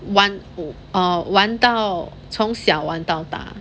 玩 err 玩到从小玩到大